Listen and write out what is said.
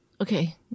Okay